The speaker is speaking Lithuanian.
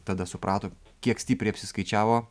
tada suprato kiek stipriai apsiskaičiavo